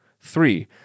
Three